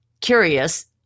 curious